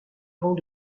rangs